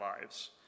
lives